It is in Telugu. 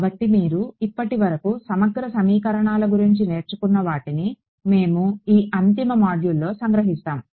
కాబట్టి మీరు ఇప్పటివరకు సమగ్ర సమీకరణాల గురించి నేర్చుకున్న వాటిని మేము ఈ అంతిమ మాడ్యూల్లో సంగ్రహిస్తాము